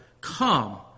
come